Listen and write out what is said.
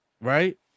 right